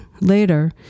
later